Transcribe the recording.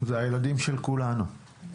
זה הילדים של כולנו.